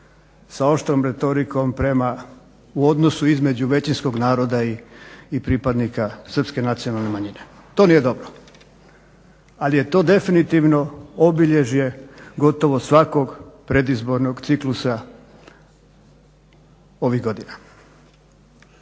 sa oštrom retorikom u odnosu između većinskog naroda i pripadnika srpske nacionalne manjine. To nije dobro, ali je to definitivno obilježje gotovo svakog predizbornog ciklusa ovih godina.